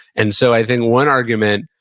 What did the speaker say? and so, i think, one argument,